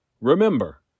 Remember